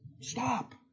stop